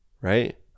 right